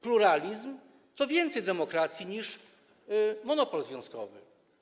Pluralizm to więcej demokracji niż monopol związkowy.